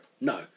No